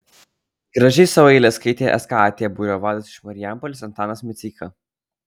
gražiai savo eiles skaitė skat būrio vadas iš marijampolės antanas miceika